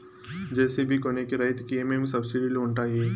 JCB కొనేకి రైతుకు ఏమేమి సబ్సిడి లు వుంటాయి?